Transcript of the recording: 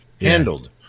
Handled